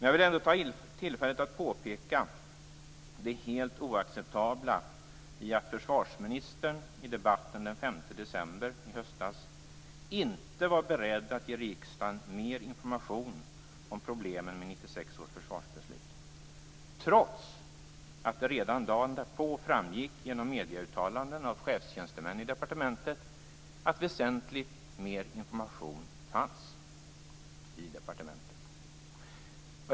Jag vill ändå ta tillfället att påpeka det helt oacceptabla i att försvarsministern i debatten den 5 december i höstas inte var beredd att ge riksdagen mer information om problemen med 1996 års försvarsbeslut, trots att det redan dagen därpå framgick genom medieuttalanden av chefstjänstemän i departementet att väsentligt mer information fanns i departementet.